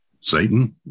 Satan